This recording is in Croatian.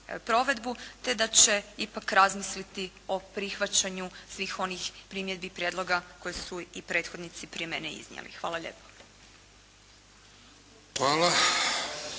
provedbu, te da će ipak razmisliti o prihvaćanju svih onih primjedbi i prijedloga koje su i prethodnici prije mene iznijeli. Hvala lijepo.